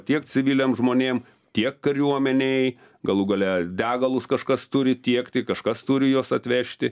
tiek civiliam žmonėm tiek kariuomenei galų gale degalus kažkas turi tiekti kažkas turi juos atvežti